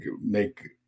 make